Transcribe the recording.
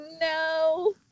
no